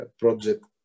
Project